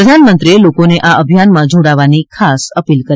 પ્રધાનમંત્રીએ લોકોને આ અભિયાનમાં જોડાવાની અપીલ કરી